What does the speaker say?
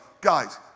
guys